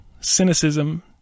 cynicism